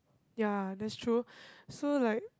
ya that's true so like